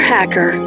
Hacker